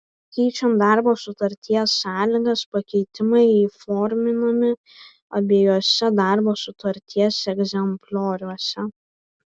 keičiant darbo sutarties sąlygas pakeitimai įforminami abiejuose darbo sutarties egzemplioriuose